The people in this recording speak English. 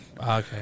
okay